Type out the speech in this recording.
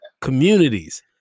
communities